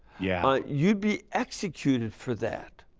yeah you would be executed for that.